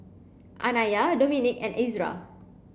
Anaya Dominik and Ezra